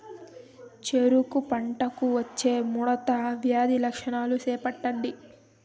చెరుకు పంటకు వచ్చే ముడత వ్యాధి లక్షణాలు చెప్పండి?